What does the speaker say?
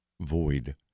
void